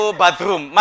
bathroom